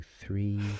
three